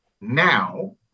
now